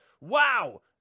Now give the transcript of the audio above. wow